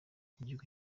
igihugu